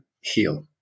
heal